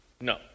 No